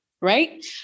right